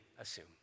assume